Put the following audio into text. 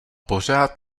pořád